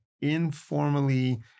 informally